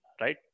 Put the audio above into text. right